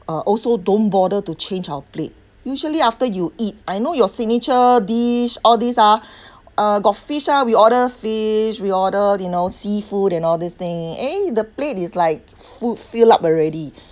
uh also don't bother to change our plate usually after you eat I know your signature dish all these ah uh got fish ah we order fish we order you know seafood and all these thing eh the plate is like food fill up already